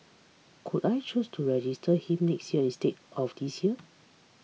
could I choose to register him next year instead of this year